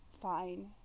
fine